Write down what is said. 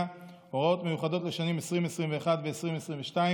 (הוראות מיוחדות לשנים 2021 ו-2022)